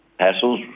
hassles